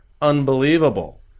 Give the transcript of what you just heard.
Unbelievable